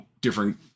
different